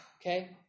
okay